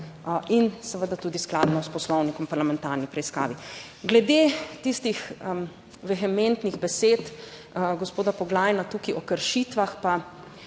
in seveda tudi skladno s Poslovnikom o parlamentarni preiskavi. Glede tistih vehementnih besed gospoda Poglajna tukaj o kršitvah, pa